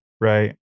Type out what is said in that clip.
right